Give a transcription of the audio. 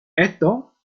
esto